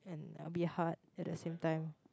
A bit hard at the same time